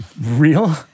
Real